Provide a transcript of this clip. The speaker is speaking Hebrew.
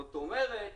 זאת אומרת,